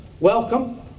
Welcome